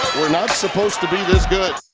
we're not supposed to be this good